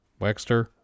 Wexter